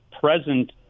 present